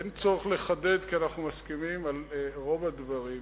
אין צורך לחדד, כי אנחנו מסכימים על רוב הדברים.